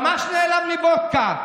ממש נעלב מוודקה.